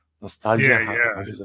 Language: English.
nostalgia